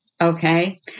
Okay